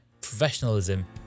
professionalism